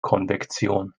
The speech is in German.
konvektion